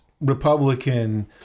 Republican